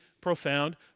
profound